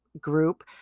group